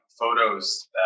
Photos